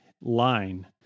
line